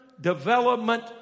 development